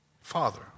Father